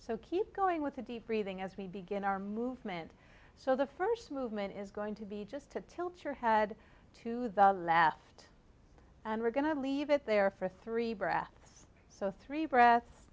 so keep going with the deep breathing as we begin our movement so the first movement is going to be just to tilt your head to the left and we're going to leave it there for three breaths so three br